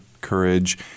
courage